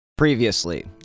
Previously